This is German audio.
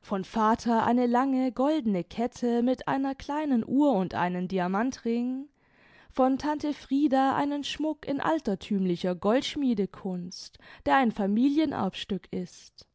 von vater eine lange goldene kette mit einer kleinen uhr und einen diamantring von tante frieda einen schmuck in altertümlicher goldschmiedekunst der ein familienerbstück ist